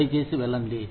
దయ చేసి వెళ్ళండి